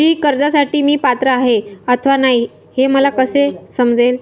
कृषी कर्जासाठी मी पात्र आहे अथवा नाही, हे मला कसे समजेल?